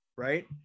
Right